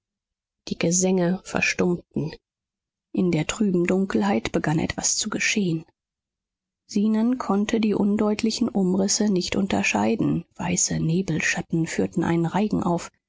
die gesänge verstummten in der trüben dunkelheit begann etwas zu geschehen zenon konnte die undeutlichen umrisse nicht unterscheiden weiße nebelschatten führten einen reigen auf